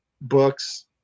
books